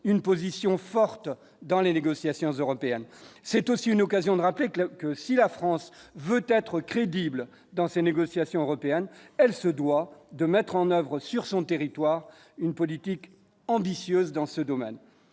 une position forte dans les négociations européennes, c'est aussi une occasion de rappeler que le que si la France veut être crédible dans ces négociations européennes, elle se doit de mettre en oeuvre sur son territoire une politique ambitieuse dans ce domaine,